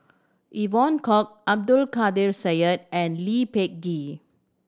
Evon Kow Abdul Kadir Syed and Lee Peh Gee